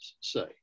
say